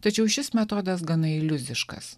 tačiau šis metodas gana iliuziškas